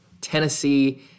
Tennessee